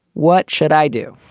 what should i do?